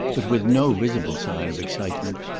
but with no visible sign of excitement,